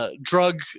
drug